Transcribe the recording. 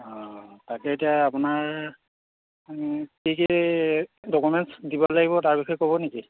অ' তাকে এতিয়া আপোনাৰ কি কি ডকুমেণ্টছ দিব লাগিব তাৰ বিষয়ে ক'ব নেকি